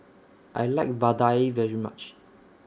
I like Vadai very much